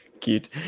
Cute